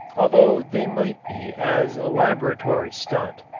although they might be as a laboratory stunt.